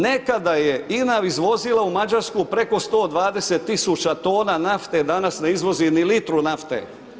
Nekada je INA izvozila u Mađarsku preko 120 tisuća tona nafte, danas ne izvozi ni litru nafte.